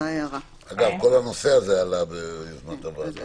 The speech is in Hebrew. אגב, כל הנושא הזה עלה במסגרת הוועדה.